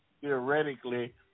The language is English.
theoretically